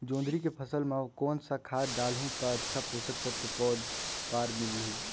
जोंदरी के फसल मां कोन सा खाद डालहु ता अच्छा पोषक तत्व पौध बार मिलही?